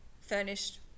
furnished